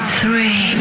three